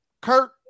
Kurt